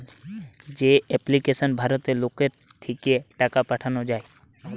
যে এপ্লিকেশনে ভারতের লোকের থিকে টাকা পাঠানা যায়